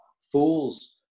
Fools